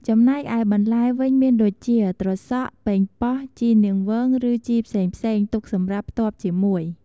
ចំណែកឯបន្លែវិញមានដូចជា ត្រសក់ ប៉េងប៉ោះ ជីរនាងវង ឬ ជីរផ្សេងៗ ទុកសម្រាប់ផ្ទាប់ជាមួយ។